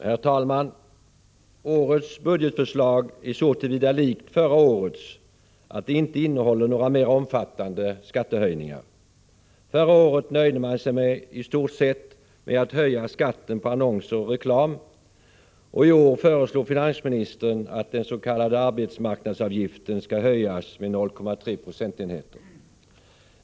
Herr talman! Årets budgetförslag är så till vida likt förra årets att det inte innehåller några mera omfattande skattehöjningar. Förra året nöjde man sig i stort sett med att höja skatten på annonser och reklam, och i år föreslår finansministern att den s.k. arbetsmarknadsavgiften skall höjas med 0,3 procentenheter.